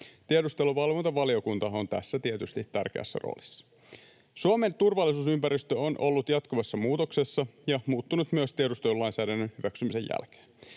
Tiedusteluvalvontavaliokuntahan on tässä tietysti tärkeässä roolissa. Suomen turvallisuusympäristö on ollut jatkuvassa muutoksessa ja muuttunut myös tiedustelulainsäädännön hyväksymisen jälkeen.